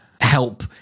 help